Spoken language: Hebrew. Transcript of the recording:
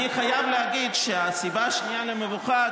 אני חייב להגיד שהסיבה השנייה למבוכה,